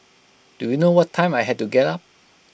do you know what time I had to get up